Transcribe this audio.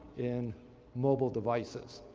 in mobile devices.